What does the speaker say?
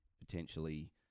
potentially